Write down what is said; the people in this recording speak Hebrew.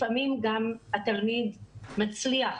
לפעמים גם התלמיד מצליח,